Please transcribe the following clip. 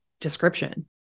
description